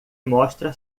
mostra